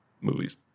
movies